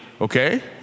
Okay